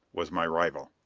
was my rival!